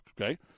okay